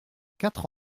quatre